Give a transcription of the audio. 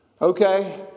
Okay